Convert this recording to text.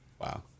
Wow